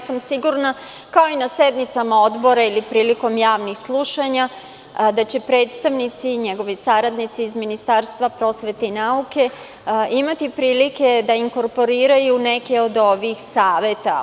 Sigurna sam, kao i na sednicama odbora ili prilikom javnih slušanja, da će predstavnici, njegovi saradnici iz Ministarstva prosvete i nauke imati prilike da inkorporiraju neke od ovih saveta.